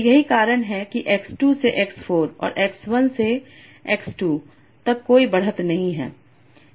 तो यही कारण है कि x 2 से x 4 और x 1 से x 2 तक कोई बढ़त नहीं है